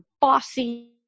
bossy